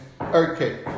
Okay